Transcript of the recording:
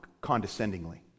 condescendingly